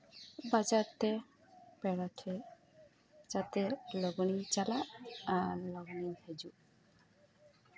ᱵᱟᱡᱟᱨᱛᱮ ᱯᱮᱲᱟ ᱴᱷᱮᱱ ᱡᱟᱛᱮ ᱞᱚᱜᱚᱱ ᱤᱧ ᱪᱟᱞᱟᱜ ᱟᱨ ᱞᱚᱦᱚᱱᱤᱧ ᱦᱤᱡᱩᱜ